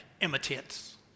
imitates